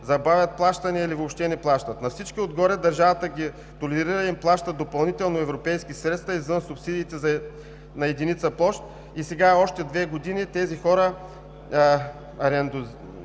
забавят плащания или въобще не плащат. На всичко отгоре държавата ги толерира и им плаща допълнително европейски средства извън субсидиите на единица площ и сега още две години тези хора –